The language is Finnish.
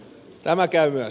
tämä käy myös